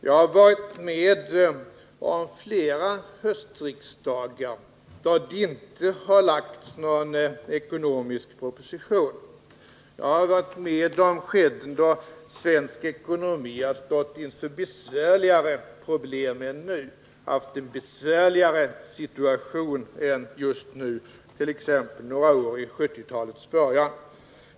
Jag har varit med om flera höstriksdagar, då det inte har lagts fram någon ekonomisk proposition, och jag har varit med om skeden då vi har haft en besvärligare ekonomisk situation än just nu, t.ex. några år under 1970-talets början.